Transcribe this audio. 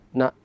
na